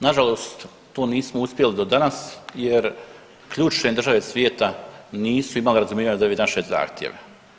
Nažalost to nismo uspjeli do danas jer ključne države svijeta nisu imale razumijevanje za ove naše zahtjeve.